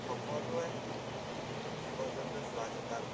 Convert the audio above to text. সকলোৱে জীৱ জন্তু চোৱা চিতা কৰে